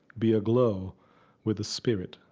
be aglow with the spirit.